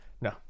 No